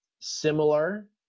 similar